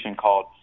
called